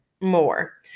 more